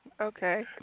okay